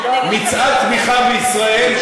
מצעד תמיכה בישראל,